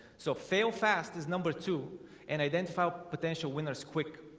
so fail fast is number two and identify potential winners quick